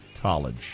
college